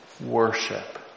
worship